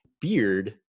beard